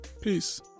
Peace